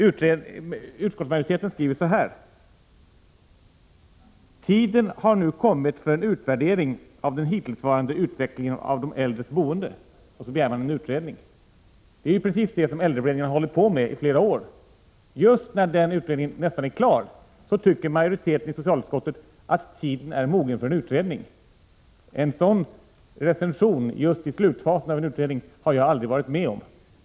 Utskottskottsmajoriteten skriver ”att tiden nu har kommit för en utvärdering av den hittillsvarande utvecklingen av de äldres boende”. Och så begär man en utredning. Det är ju precis det som äldreberedningen har hållit på med under flera år. Just när denna utredning nästan är klar tycker majoriteten i socialutskottet att tiden är mogen för en utredning. En sådan recension just i slutfasen av en utredning har jag aldrig varit med om.